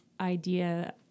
idea